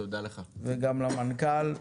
וגם למנכ"ל.